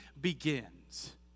begins